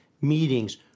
meetings